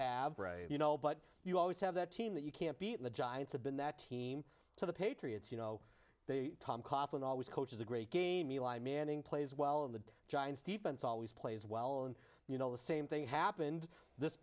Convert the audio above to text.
have you know but you always have that team that you can't beat the giants have been that team to the patriots you know they tom cotton always coaches a great game eli manning plays well in the giants defense always plays well and you know the same thing happened this